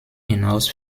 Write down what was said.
hinaus